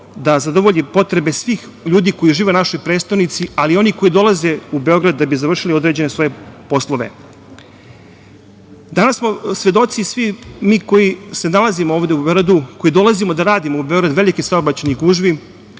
da zadovolji potrebe svih ljudi koji žive u našoj prestonici, ali i oni koji dolaze u Beograd da bi završili određene svoje poslove. Danas smo svedoci svi mi koji se nalazimo ovde u Beogradu, koji dolazimo da radimo u Beograd, velikih saobraćajnih gužvi